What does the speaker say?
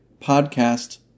podcast